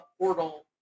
portal